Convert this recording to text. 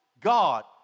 God